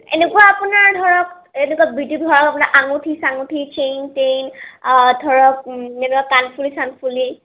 এনেকুৱা আপোনাৰ ধৰক এনেকুৱা বিউটি ধৰক আপোনাৰ আঙুঠি চাঙুঠি চেইন টেইন ধৰক এনেকুৱা কাণফুলি চানফুলি